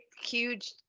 huge